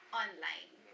online